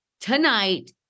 Tonight